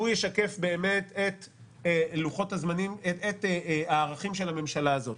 שהוא ישקף באמת את הערכים של הממשלה הזאת,